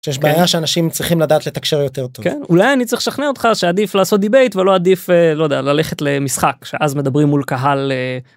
שיש בעיה שאנשים צריכים לדעת לתקשר יותר טוב. אולי אני צריך לשכנע אותך שעדיף לעשות דיבייט ולא עדיף ללכת למשחק שאז מדברים מול קהל.